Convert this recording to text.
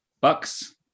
bucks